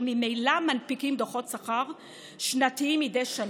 ממילא מנפיקים דוחות שכר שנתיים מדי שנה,